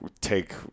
take